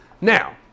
Now